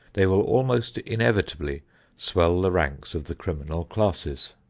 they will almost inevitably swell the ranks of the criminal classes.